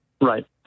Right